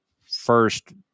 first